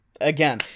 Again